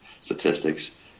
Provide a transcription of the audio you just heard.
Statistics